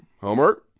Homer